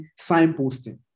signposting